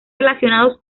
relacionados